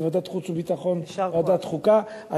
בוועדת החוץ והביטחון וועדת חוקה.